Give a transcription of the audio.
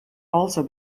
also